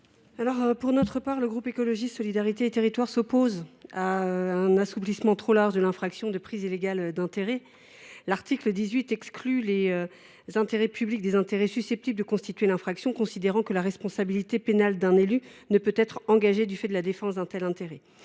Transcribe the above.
Ghislaine Senée. Le groupe Écologiste – Solidarité et Territoires s’oppose à un assouplissement trop large de l’infraction de prise illégale d’intérêts. L’article 18 exclut les intérêts publics des intérêts susceptibles de constituer l’infraction, considérant que la responsabilité pénale d’un élu ne peut être engagée du fait de la défense d’un tel intérêt.